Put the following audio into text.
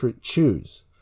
choose